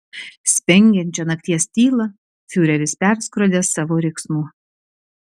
spengiančią nakties tylą fiureris perskrodė savo riksmu